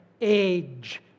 age